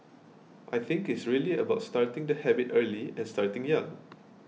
I think it's really about starting the habit early and starting young